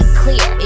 clear